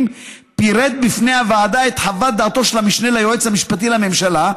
פירט בפני הוועדה את חוות דעתו של המשנה ליועץ המשפטי לממשלה,